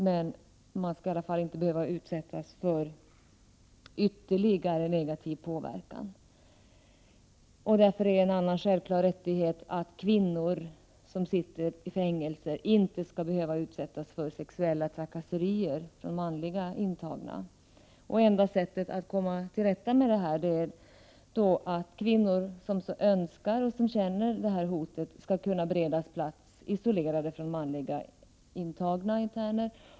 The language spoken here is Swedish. Men man skall i varje fall inte behöva utsättas för ytterligare negativ påverkan. En annan självklar rättighet är att kvinnor som sitter i fängelse inte skall behöva utsättas för sexuella trakasserier från manliga intagna. Enda sättet att komma till rätta med det är att kvinnor som så önskar och som känner det hotet skall kunna beredas plats isolerade från manliga interner.